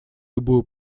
любую